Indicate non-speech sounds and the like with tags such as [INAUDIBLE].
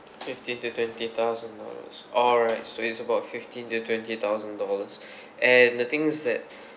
fifteen to twenty thousand dollars alright so it's about fifteen to twenty thousand dollars [BREATH] and the thing is that